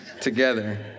together